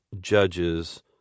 judges